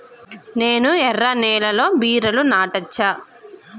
నేను ఎర్ర నేలలో బీరలు నాటచ్చా?